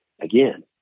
again